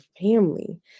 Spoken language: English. family